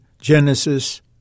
Genesis